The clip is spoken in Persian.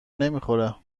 نمیخوره